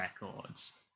records